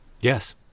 Yes